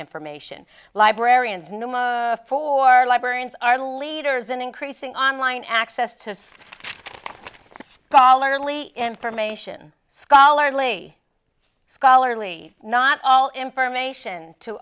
information librarians noam of for librarians are leaders in increasing online access to call early information scholarly scholarly not all information to